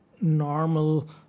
normal